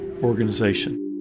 organization